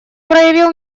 проявил